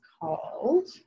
called